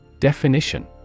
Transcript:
Definition